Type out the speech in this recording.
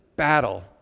battle